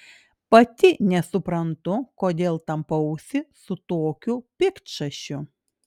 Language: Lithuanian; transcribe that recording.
pati nesuprantu kodėl tampausi su tokiu piktšašiu